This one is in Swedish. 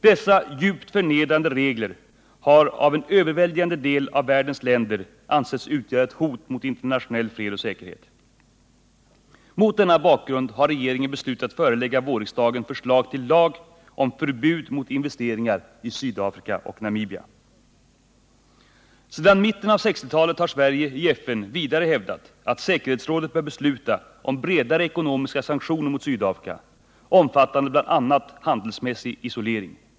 Dessa djupt förnedrande regler har av en överväldigande del av världens länder ansetts utgöra ett hot mot internationell fred och säkerhet. Mot denna bakgrund har regeringen beslutat förelägga vårriksdagen förslag till lag om förbud mot investeringar i Sydafrika och Namibia. Sedan mitten av 1960-talet har Sverige i FN vidare hävdat att säkerhetsrådet bör besluta om bredare ekonomiska sanktioner mot Sydafrika, omfattande bl.a. handelsmässig isolering.